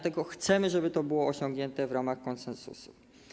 Tylko chcemy, żeby to było osiągnięte w ramach konsensusu.